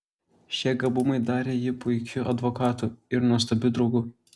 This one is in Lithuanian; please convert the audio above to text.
šie gabumai darė jį puikiu advokatu ir nuostabiu draugu